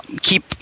keep